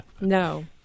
No